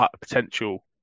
potential